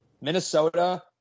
Minnesota